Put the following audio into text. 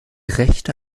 rechte